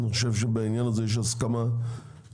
אני חושב שבעניין הזה יש הסכמה כללית,